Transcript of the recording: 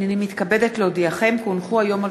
הנני מתכבדת להודיעכם כי הונחו היום על